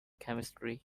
chemistry